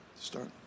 start